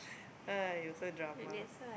!aiyo! so drama